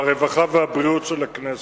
הרווחה והבריאות של הכנסת.